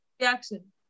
reaction